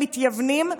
מתייוונים,